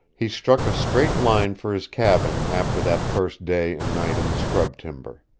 he struck a straight line for his cabin after that first day and night in the scrub timber.